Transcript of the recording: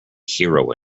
hero